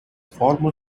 former